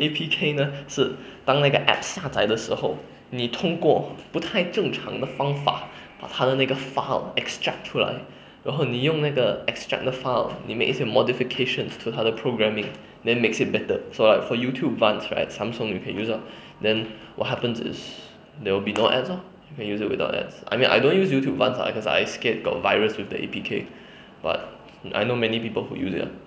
A_P_K 呢是当那个 app 下载的时候你通过不太正常的方法把他那个 file extract 出来然后你用那个 extract 的 file you make 一些 modifications to 他的 programming then makes it better so like for youtube vance right samsung can use ah then what happens is there will be no ads lor you can use it without ads I mean I don't use youtube vance ah cause I scared got virus with the A_P_K but I know many people who use it ah